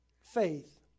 faith